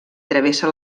travessa